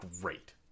great